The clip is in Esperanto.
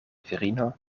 virino